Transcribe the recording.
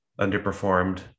underperformed